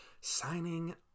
signing